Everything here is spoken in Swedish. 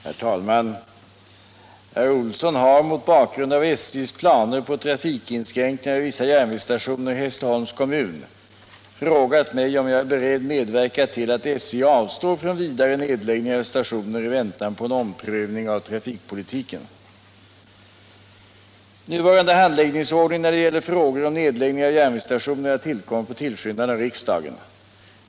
Herr talman! Herr Olsson i Sösdala har — mot bakgrund av SJ:s planer på trafikinskränkningar vid vissa järnvägsstationer i Hässleholms kommun - frågat mig om jag är beredd medverka till att SJ avstår från vidare nedläggningar av stationer i väntan på en omprövning av trafikpolitiken. Nuvarande handläggningsordning när det gäller frågor om nedläggning av järnvägsstationer har tillkommit på tillskyndan av riksdagen.